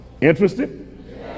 Interested